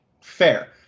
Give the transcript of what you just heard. Fair